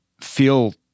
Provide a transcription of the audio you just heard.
feel